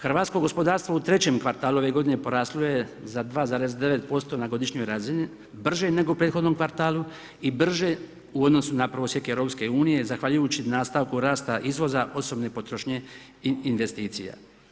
Hrvatsko gospodarstvo u trećem kvartalu ove g. poraslo je za 2,9% na godišnjoj razini, brže nego u prethodnom kvartalu i brže u odnosu na prosjek EU, zahvaljujući nastavku rasta izvoza, osobne potrošnje i investicija.